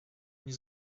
nie